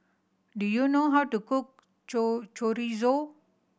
do you know how to cook Chorizo